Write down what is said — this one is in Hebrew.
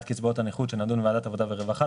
קצבאות הנכות שנדון בוועדת העבודה והרווחה,